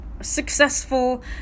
successful